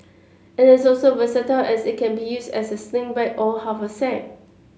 it is also versatile as it can be used as a sling bag or haversack